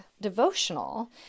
devotional